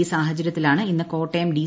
ഈ സാഹചരൃത്തിലാണ് ഇന്ന് കോട്ടയം ഡി